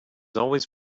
always